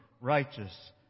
righteous